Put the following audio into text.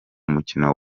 mukino